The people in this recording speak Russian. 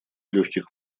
легких